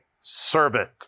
servant